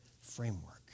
framework